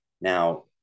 Now